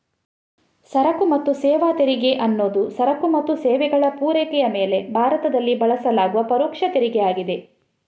ಸರಕು ಮತ್ತು ಸೇವಾ ತೆರಿಗೆ ಅನ್ನುದು ಸರಕು ಮತ್ತು ಸೇವೆಗಳ ಪೂರೈಕೆಯ ಮೇಲೆ ಭಾರತದಲ್ಲಿ ಬಳಸಲಾಗುವ ಪರೋಕ್ಷ ತೆರಿಗೆ ಆಗಿದೆ